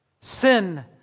Sin